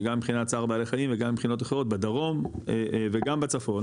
שגם מבחינת צער בעלי חיים וגם מבחינות אחרות בדרום וגם בצפון,